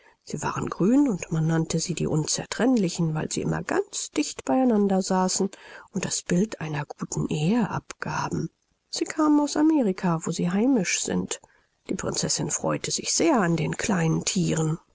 sie waren grün und man nannte sie die unzertrennlichen weil sie immer ganz dicht bei einander saßen und das bild einer guten ehe abgaben sie kamen aus amerika wo sie heimisch sind die prinzessin freute sich sehr an den kleinen thieren